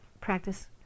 practice